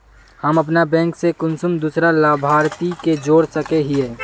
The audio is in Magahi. हम अपन बैंक से कुंसम दूसरा लाभारती के जोड़ सके हिय?